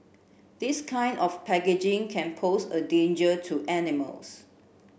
this kind of packaging can pose a danger to animals